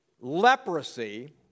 leprosy